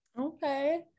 Okay